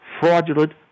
fraudulent